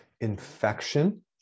infection